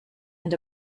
and